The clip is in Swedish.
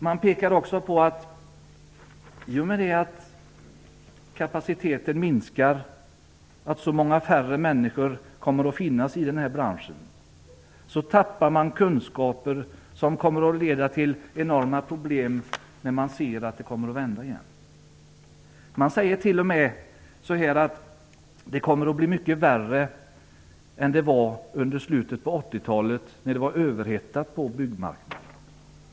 Man pekar också på att i och med att kapaciteten minskar, att så många färre människor kommer att finnas i den här branschen, tappar man kunskaper som kommer att leda till enorma problem när utvecklingen kommer att vända igen. Man säger till och med att det kommer att bli mycket värre än det var under slutet av 80-talet, när det var överhettat på byggmarknaden.